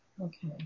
Okay